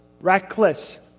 reckless